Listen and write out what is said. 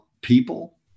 people